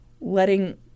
letting